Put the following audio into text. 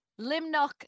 Limnock